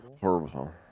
horrible